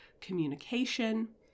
communication